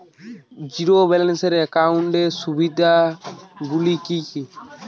Zero balance একাউন্টের সুবিধা গুলি কি কি?